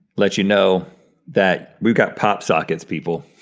let you know that we've got pop sockets, people.